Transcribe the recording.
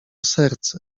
serce